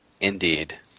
Indeed